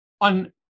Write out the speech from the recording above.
on